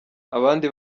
abandi